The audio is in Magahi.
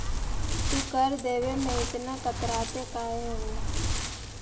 तू कर देवे में इतना कतराते काहे हु